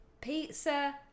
Pizza